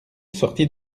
sortit